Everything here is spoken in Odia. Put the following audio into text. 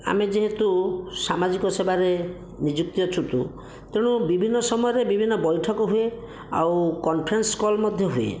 ଆମେ ଯେହେତୁ ସାମାଜିକ ସେବାରେ ନିଯୁକ୍ତି ଅଛୁତୁ ତେଣୁ ବିଭିନ୍ନ ସମୟରେ ବିଭିନ୍ନ ବୈଠକ ହୁଏ ଆଉ କନଫରେନ୍ସ କଲ୍ ମଧ୍ୟ ହୁଏ